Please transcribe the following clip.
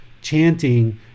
chanting